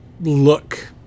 look